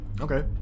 Okay